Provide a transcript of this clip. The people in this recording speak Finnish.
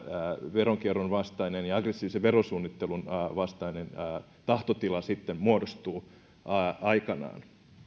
veronkierron vastainen ja aggressiivisen verosuunnittelun vastainen tahtotila sitten muodostuu aikanaan